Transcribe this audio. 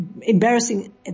embarrassing